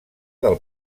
del